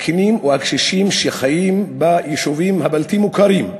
הזקנים או הקשישים שחיים ביישובים הבלתי-מוכרים,